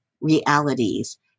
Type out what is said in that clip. realities